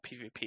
PvP